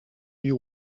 you